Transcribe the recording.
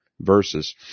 verses